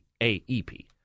AEP